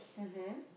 mmhmm